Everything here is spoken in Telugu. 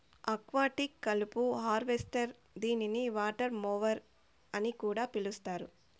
ఆక్వాటిక్ కలుపు హార్వెస్టర్ దీనిని వాటర్ మొవర్ అని కూడా పిలుస్తారు